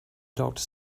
doctor